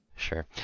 Sure